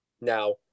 Now